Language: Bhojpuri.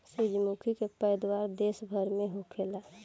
सूरजमुखी के पैदावार देश भर में होखेला